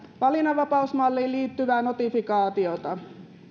valinnanvapausmalliin liittyvää notifikaatiota